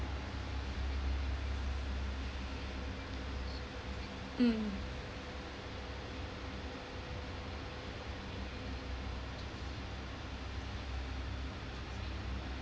mm